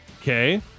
Okay